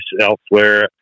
elsewhere